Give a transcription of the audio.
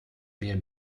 mehr